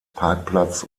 parkplatz